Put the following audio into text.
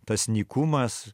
tas nykumas